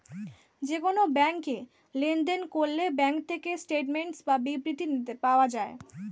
যে কোন ব্যাংকে লেনদেন করলে ব্যাঙ্ক থেকে স্টেটমেন্টস বা বিবৃতি পাওয়া যায়